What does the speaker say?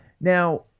Now